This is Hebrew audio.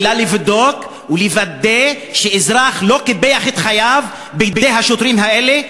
אלא לבדוק ולוודא שאזרח לא קיפח את חייו בידי השוטרים האלה,